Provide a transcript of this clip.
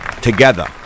together